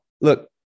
look